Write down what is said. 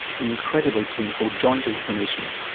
an incredibly painful joint inflammation.